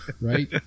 right